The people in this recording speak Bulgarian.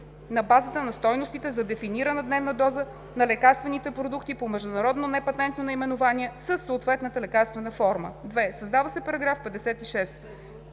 на базата на стойностите за дефинирана дневна доза на лекарствените продукти по международно непатентно наименование със съответната лекарствена форма.“. 2. Създава се § 5б: „§ 5б.